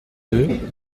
deux